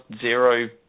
Zero